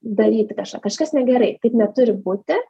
daryti kažką kažkas negerai taip neturi būti